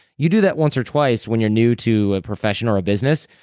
you do that once or twice when you're new to a profession or a business,